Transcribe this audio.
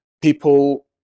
people